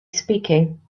speaking